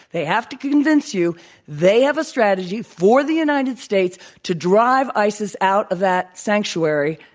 they have to convince you they have a strategy for the united states to drive isis out of that sanctuary,